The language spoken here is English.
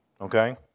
Okay